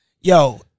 Yo